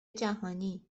جهانی